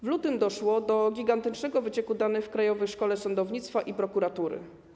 W lutym doszło do gigantycznego wycieku danych w Krajowej Szkole Sądownictwa i Prokuratury.